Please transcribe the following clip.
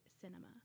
Cinema